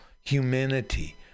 humanity